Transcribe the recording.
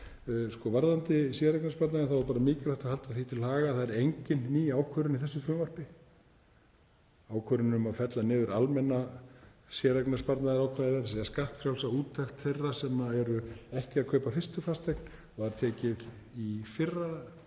það. Varðandi séreignarsparnaðinn þá er mikilvægt að halda því til haga að það er engin ný ákvörðun í þessu frumvarpi. Ákvörðunin um að fella niður almenna séreignarsparnaðarákvæðið, þ.e. skattfrjálsa úttekt þeirra sem eru ekki að kaupa fyrstu fasteign, var tekin í fyrra